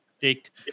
take